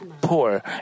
poor